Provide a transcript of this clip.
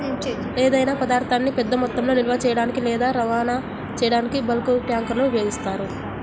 ఏదైనా పదార్థాన్ని పెద్ద మొత్తంలో నిల్వ చేయడానికి లేదా రవాణా చేయడానికి బల్క్ ట్యాంక్లను ఉపయోగిస్తారు